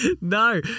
No